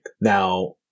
Now